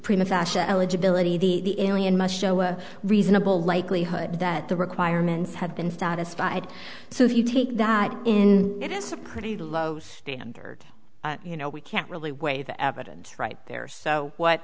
prima fashion eligibility the must show a reasonable likelihood that the requirements had been satisfied so if you take that in it is a pretty low standard you know we can't really weigh the evidence right there so what